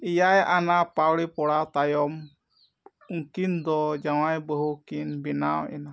ᱮᱭᱟᱭ ᱟᱱᱟᱜ ᱯᱟᱹᱣᱲᱤ ᱯᱚᱲᱟᱣ ᱛᱟᱭᱚᱢ ᱩᱱᱠᱤᱱ ᱫᱚ ᱡᱟᱣᱟᱭ ᱵᱟᱹᱦᱩ ᱠᱤᱱ ᱵᱮᱱᱟᱣ ᱮᱱᱟ